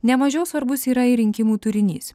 nemažiau svarbus yra ir rinkimų turinys